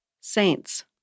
Saints